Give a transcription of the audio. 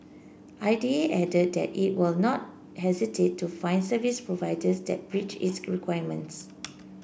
I D A added that it will not hesitate to fine service providers that breach its requirements